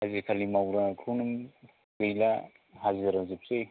आजिखालि मावग्रा खम गैला हाजिरा जोबसै